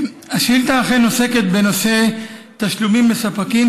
השאילתה אכן עוסקת בנושא התשלומים לספקים